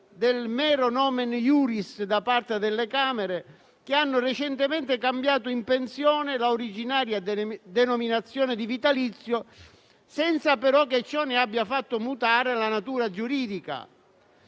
del mero *nomen iuris* da parte delle Camere, che hanno recentemente cambiato in «pensione» l'originaria denominazione di «vitalizio», senza però che ciò ne abbia fatto mutare la natura giuridica.